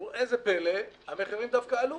תראו איזה פלא, המחירים דווקא עלו.